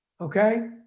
okay